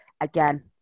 Again